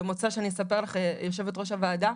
במוצ"ש אני אספר לך יושבת ראש הוועדה,